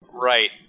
Right